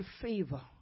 favor